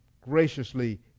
graciously